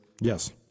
Yes